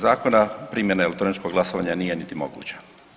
zakona primjena elektroničkog glasovanja nije niti moguća.